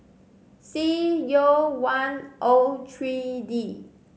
C U one O three D